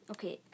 Okay